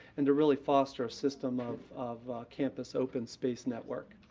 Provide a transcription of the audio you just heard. and to really foster a system of of campus open space network.